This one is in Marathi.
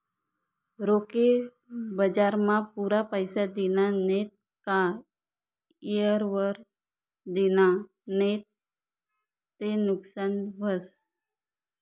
रोखे बजारमा पुरा पैसा दिना नैत का येयवर दिना नैत ते नुकसान व्हस